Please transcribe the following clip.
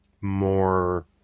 more